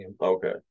Okay